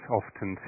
often